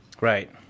right